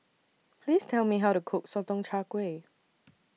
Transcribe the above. Please Tell Me How to Cook Sotong Char Kway